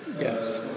Yes